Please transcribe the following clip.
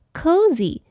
cozy